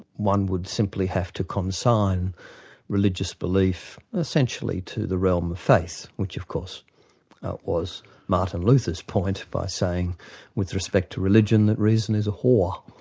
one would simply have to consign religious belief essentially to the realm of faith, which of course was martin luther's point by saying with respect to religion that reason is a whore.